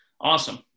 Awesome